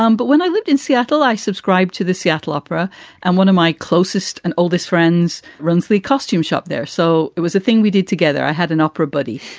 um but when i lived in seattle, i subscribe to the seattle opera and one of my closest and oldest friends runs the costume shop there. so it was a thing we did together. i had an opera buddy.